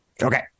Okay